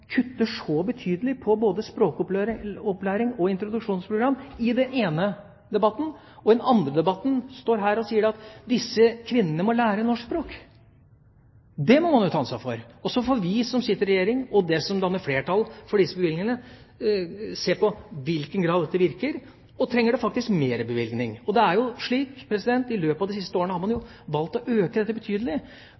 kutter så betydelig i både språkopplæring og introduksjonsprogram i den ene debatten og i den andre debatten står her og sier at disse kvinnene må lære norsk språk. Det må man ta ansvar for. Så får vi som sitter i regjering, og de som danner flertall for disse bevilgningene, se på i hvilken grad dette virker, og om man trenger mer bevilgning. Det er jo slik at i løpet av de siste årene har man